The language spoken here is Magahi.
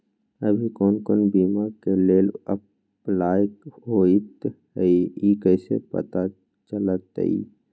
अभी कौन कौन बीमा के लेल अपलाइ होईत हई ई कईसे पता चलतई?